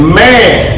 man